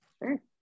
Sure